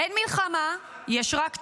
אין מלחמה, יש רק תקומה.